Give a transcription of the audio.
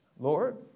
Lord